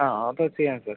ആ അത് ഓക്കെയാണ് സാർ